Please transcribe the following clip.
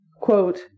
quote